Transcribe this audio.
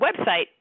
website